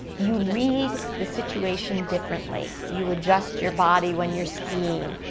you read the situation differently. you adjust your body when you're skiing.